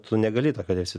tu negali to kad esi